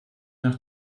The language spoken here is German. nach